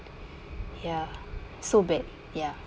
ya so bad ya